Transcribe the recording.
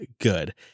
good